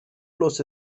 los